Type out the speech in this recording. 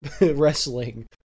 wrestling